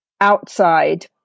outside